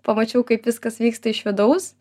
pamačiau kaip viskas vyksta iš vidaus